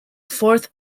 fourth